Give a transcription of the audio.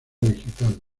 digital